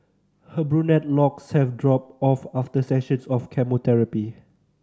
her brunette locks have dropped off after sessions of chemotherapy